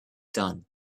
done